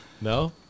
No